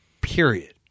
period